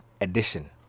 Edition